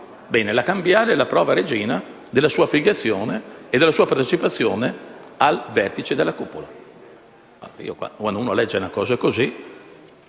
Bene, la cambiale è la prova regina della sua affiliazione e partecipazione al vertice della cupola. Quando si legge una cosa così